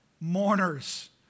mourners